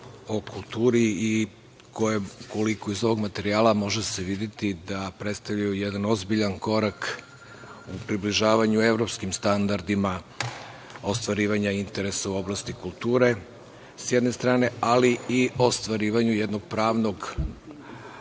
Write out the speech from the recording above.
o kulturi i koliko se iz ovog materijala može videti, predstavljaju jedan ozbiljan korak u približavanju evropskim standardima ostvarivanja interesa u oblasti kulture sa jedne strane, ali i ostvarivanju jednog pravnog